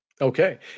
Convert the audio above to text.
Okay